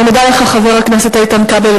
אני מודה לך, חבר הכנסת איתן כבל.